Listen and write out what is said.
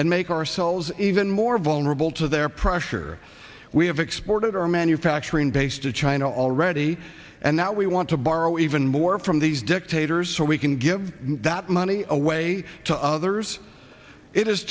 and make ourselves even more vulnerable to their pressure we have exported our manufacturing base to china already and now we want to borrow even more from these dictators so we can give that money away to others it is